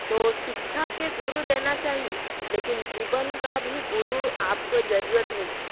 तो सिखा के गुरु लेना चाहिए लेकिन जीवन का भी गुरु आपको ज़रूरत होगी